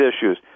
issues